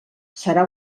serà